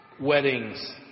weddings